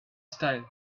style